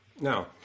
Now